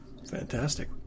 Fantastic